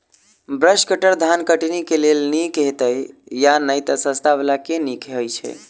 Brush cutter धान कटनी केँ लेल नीक हएत या नै तऽ सस्ता वला केँ नीक हय छै?